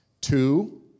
two